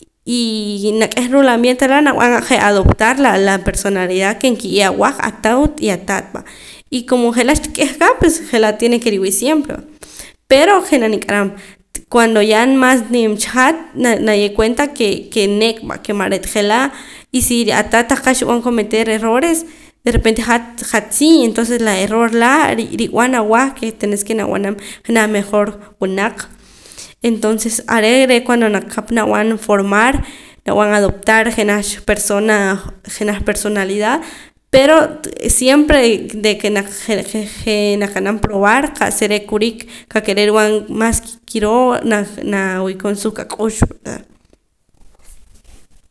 Y nak'eja ruu la ambiente laa' nab'an je' adoptar laa la personalidad ke nkiye' awah atuut y ataat va y como je'laa xtik'eja qa pues je'laa' tiene ke riwii' siempre va pero je' naniq'aram cuando ya mas nim cha hat na naye' cuenta ke nek' va ke man re'ta je'laa' y si ataat tah qa' xib'an cometer errores derrepente hat hat si entonces la error laa' rib'an awah ke tenés ke nab'anam janaj mejor wunaq entonces are' cuando naqap nab'an formar nab'an adoptar jenaj cha persona jenaj personalidad pero siempre de ke naq je' je' naqa'nam probar qa'sa re' kurik ka'keh re' rib'an mas kiroo na nawii'koon suq ak'ux va